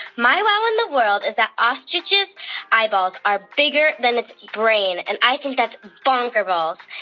my wow in the world is that ostriches' eyeballs are bigger than its brain. and i think that's bonkerballs.